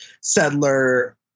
settler